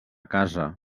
casa